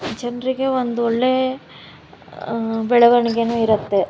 ಜನರಿಗೆ ಒಂದು ಒಳ್ಳೆಯ ಬೆಳವಣಿಗೆಯೂ ಇರುತ್ತೆ